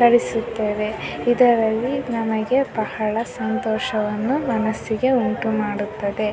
ತರಿಸುತ್ತೇವೆ ಇದರಲ್ಲಿ ನಮಗೆ ಬಹಳ ಸಂತೋಷವನ್ನು ಮನಸ್ಸಿಗೆ ಉಂಟುಮಾಡುತ್ತದೆ